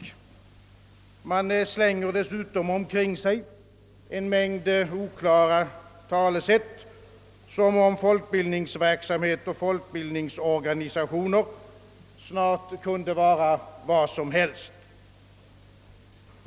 Dessutom slänger man omkring sig en mängd oklara talesätt, som om folkbildningsverksamhet och folkbildningsorganisationer snart kan vara vad som helst.